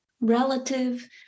relative